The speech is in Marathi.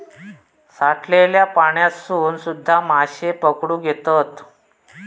साठलल्या पाण्यातसून सुध्दा माशे पकडुक येतत